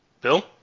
Bill